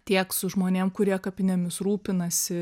tiek su žmonėm kurie kapinėmis rūpinasi